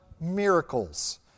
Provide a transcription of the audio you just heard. miracles